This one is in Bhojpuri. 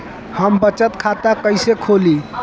हम बचत खाता कईसे खोली?